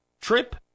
Trip